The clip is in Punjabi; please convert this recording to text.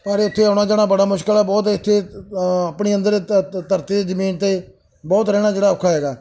ਪਰ ਇੱਥੇ ਆਉਣਾ ਜਾਣਾ ਬੜਾ ਮੁਸ਼ਕਿਲ ਹੈ ਬਹੁਤ ਇੱਥੇ ਆਪਣੇ ਅੰਦਰ ਧਰਤੀ ਜ਼ਮੀਨ 'ਤੇ ਬਹੁਤ ਰਹਿਣਾ ਜਿਹੜਾ ਔਖਾ ਹੈਗਾ